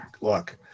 look